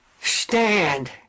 stand